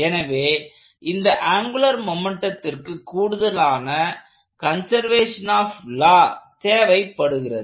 எனவே இந்த ஆங்குலர் மொமெண்ட்டதிற்கு கூடுதலான கன்செர்வேஷன் ஆப் லா தேவைப்படுகிறது